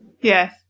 Yes